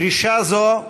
דרישה זו,